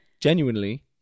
genuinely